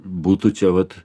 būtų čia vat